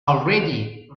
already